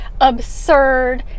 absurd